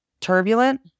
Turbulent